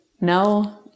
no